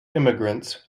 immigrants